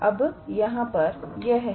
अब यहां पर यह है